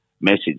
message